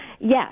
Yes